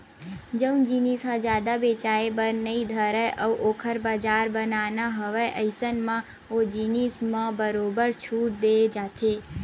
जउन जिनिस ह जादा बेचाये बर नइ धरय अउ ओखर बजार बनाना हवय अइसन म ओ जिनिस म बरोबर छूट देय जाथे